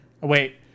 Wait